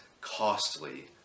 costly